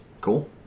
Cool